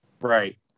Right